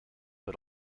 but